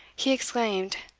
he exclaimed,